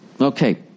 Okay